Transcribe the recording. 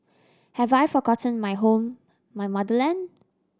have I forgotten my home my motherland